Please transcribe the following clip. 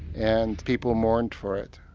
and people mourned for it.